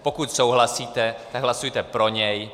Pokud souhlasíte, tak hlasujte pro něj.